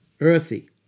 Earthy